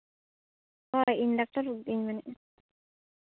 ᱦᱳᱭ ᱤᱧ ᱰᱚᱠᱴᱚᱨ ᱜᱚᱢᱠᱮᱧ ᱞᱟᱹᱭᱮᱜᱼᱟ